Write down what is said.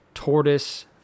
tortoise